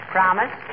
Promise